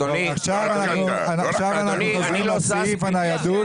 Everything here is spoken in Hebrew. אנחנו חוזרים עכשיו לסעיף הניידות.